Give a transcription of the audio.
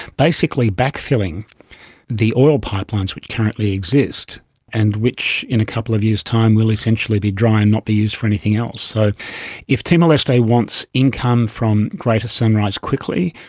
basically backfilling the oil pipelines which currently exist and which in a couple of years time will essentially be dry and not be used for anything else. so if timor-leste wants income from greater sunrise quickly,